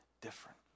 different